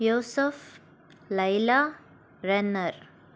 Yusuf Laila Renner